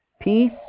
Peace